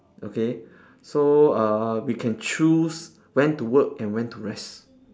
okay so uh we can choose when to work and when to rest